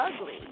Ugly